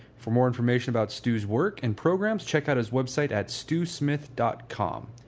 for more information about stew's work and programs checkout his website at stewsmith dot com